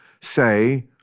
say